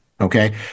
okay